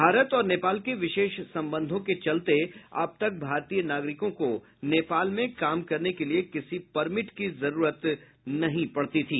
भारत और नेपाल के विशेष संबंधों के चलते अब तक भारतीय नागरिकों को नेपाल में काम करने के लिए किसी परमिट की जरूरत नहीं थी